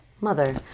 mother